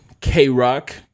K-Rock